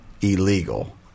illegal